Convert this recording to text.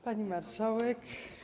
Pani Marszałek!